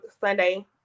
Sunday